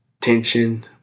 tension